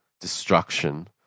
destruction